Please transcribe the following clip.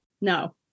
No